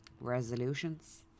resolutions